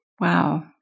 Wow